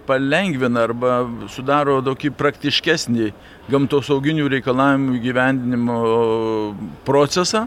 palengvina arba sudaro praktiškesnį gamtosauginių reikalavimų įgyvendinimo procesą